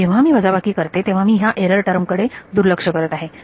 जेव्हा मी वजाबाकी करते तेव्हा मी ह्या एरर टर्म कडे दुर्लक्ष करत आहे